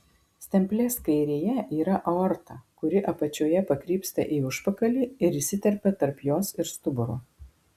stemplės kairėje yra aorta kuri apačioje pakrypsta į užpakalį ir įsiterpia tarp jos ir stuburo